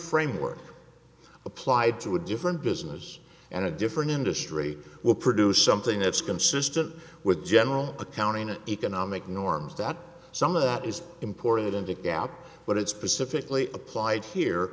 framework applied to a different business and a different industry will produce something that's consistent with general accounting and economic norms that some of that is important to doubt but it's specifically applied here